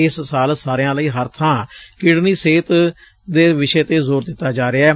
ਇਸ ਸਾਲ ਸਾਰਿਆਂ ਲਈ ਹਰ ਥਾਂ ਕਿਡਨੀ ਸਿਹਤ ਦੇ ਵਿਸ਼ੇ ਤੇ ਜ਼ੋਰ ਦਿੱਤਾ ਜਾ ਰਿਹੈ